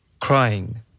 crying